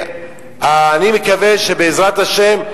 ואני מקווה שבעזרת השם,